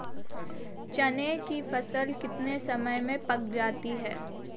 चने की फसल कितने समय में पक जाती है?